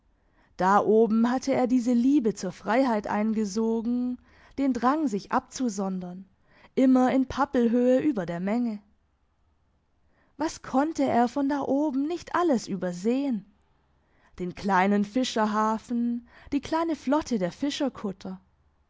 da oben hatte er diese liebe zur freiheit eingesogen den drang sich abzusondern immer in pappelhöhe über der menge was konnte er von da oben nicht alles übersehen den kleinen fischerhafen die kleine flotte der